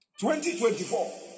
2024